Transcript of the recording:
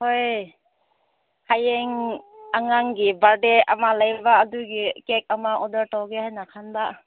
ꯍꯣꯏꯌꯦ ꯍꯌꯦꯡ ꯑꯉꯥꯡꯒꯤ ꯕꯥꯔꯠꯗꯦ ꯑꯃ ꯂꯩꯕ ꯑꯗꯨꯒꯤ ꯀꯦꯛ ꯑꯃ ꯑꯣꯔꯗꯔ ꯇꯧꯒꯦ ꯍꯥꯏꯅ ꯈꯟꯕ